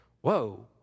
Whoa